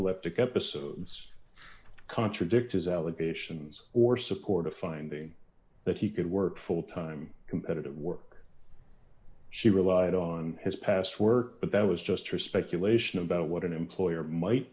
oleptic episodes contradict his allegations or support a finding that he could work full time competitive work she relied on his past work but that was just her speculation about what an employer might